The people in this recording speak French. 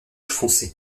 foncé